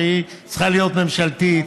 שהיא צריכה להיות ממשלתית,